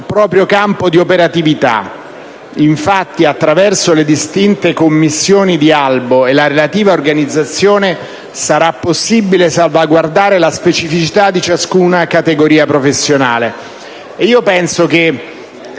proprio campo di operatività. Infatti, attraverso le distinte commissioni di albo e la relativa organizzazione, sarà possibile salvaguardare la specificità di ciascuna categoria professionale. Nell'ambito dei